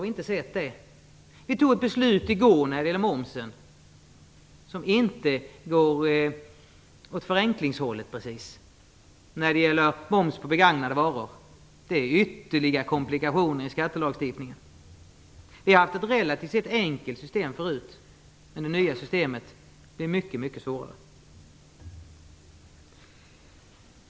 I går fattade vi ett beslut när det gäller momsen som inte precis går åt förenklingshållet. När det gäller moms på begagnade varor är skattelagstiftningen ytterligt komplicerad. Vi har tidigare haft ett relativt enkelt system; det nya systemet är mycket svårare.